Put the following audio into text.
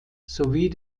sowie